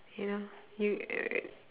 you know you